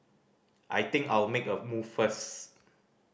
I think I'll make a move first